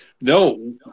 No